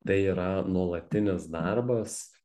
tai yra nuolatinis darbas